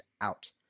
out